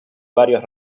varios